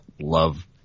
love